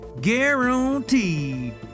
Guaranteed